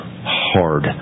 hard